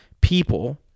people